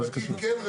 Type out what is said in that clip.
משפטית, כן.